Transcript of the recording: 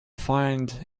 find